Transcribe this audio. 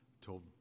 told